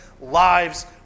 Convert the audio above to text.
lives